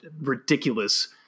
Ridiculous